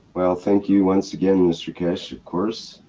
well, thank you, once again, mr. keshe, of course.